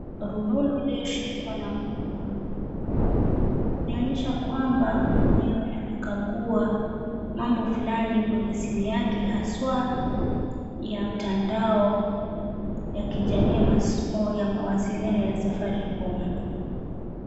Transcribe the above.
Rununu iliyoshikwa na mkono huu inaonyesha kwamba mwenyewe anakaguwa mambo flani kwenye simu yake haswa ya mtando wa kijamii ya mawasiliano ya Safaricom.